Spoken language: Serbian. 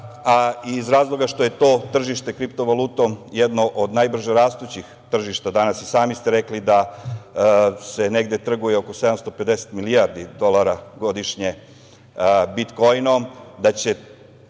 a iz razloga što je to tržište kriptovalutom jedno od najbrže rastućih tržišta danas. I sami ste rekli da se negde trguje oko 750 milijardi dolara godišnje bitkoinom, da će